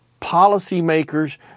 policymakers